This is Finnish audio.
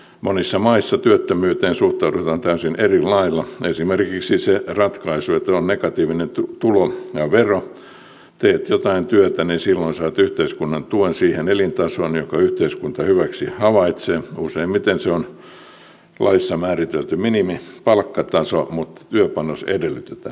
monissa maissa työttömyyteen suhtaudutaan täysin eri lailla esimerkiksi se ratkaisu että on negatiivinen tulo ja vero eli teet jotain työtä niin silloin saat yhteiskunnan tuen siihen elintasoon jonka yhteiskunta hyväksi havaitsee useimmiten se on laissa määritelty minimipalkkataso mutta työpanos edellytetään